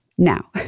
Now